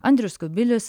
andrius kubilius